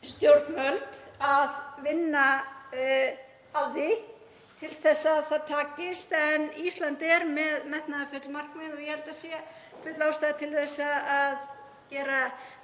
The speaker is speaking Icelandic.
stjórnvöld, að vinna að því til að það takist. Ísland er með metnaðarfull markmið og ég held að það sé full ástæða til að gera